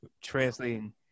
translating